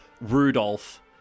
Rudolph